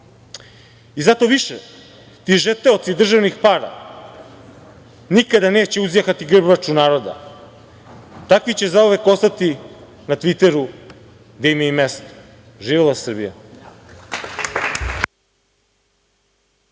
i zato više ti žeteoci državnih para nikada neće uzjahati grbaču naroda, takvi će zauvek ostati na Tviteru, gde im je i mesto. Živela Srbija.